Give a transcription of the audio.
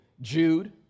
Jude